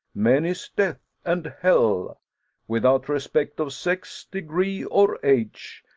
menace death and hell without respect of sex, degree, or age,